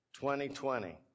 2020